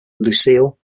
lucille